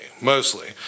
mostly